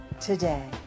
today